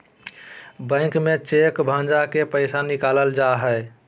bank में cheque भंजा के पैसा निकालल जा हय